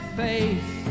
face